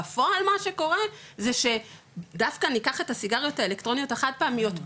בפועל מה שקורא זה שדווקא ניקח את הסיגריות האלקטרוניות החד פעמיות,